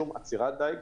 שום עצירת דייג.